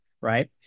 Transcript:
Right